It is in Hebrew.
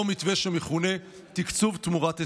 אותו מתווה שמכונה "תקצוב תמורת הישגים".